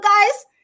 guys